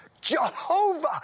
Jehovah